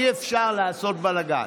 אי-אפשר לעשות בלגן.